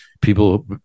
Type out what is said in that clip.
People